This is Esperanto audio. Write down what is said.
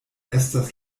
estas